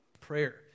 Prayer